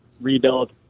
rebuild